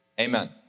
Amen